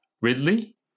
Ridley